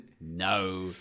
No